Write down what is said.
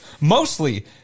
Mostly